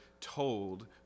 told